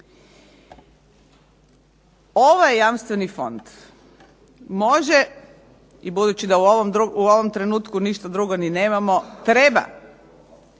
Ovaj jamstveni fond može i budući da u ovom trenutku ništa drugo ni nemamo treba